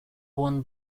won